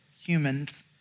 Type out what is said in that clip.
humans